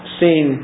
seen